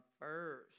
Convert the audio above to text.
first